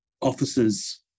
officers